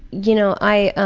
you know, i